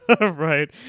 right